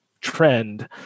trend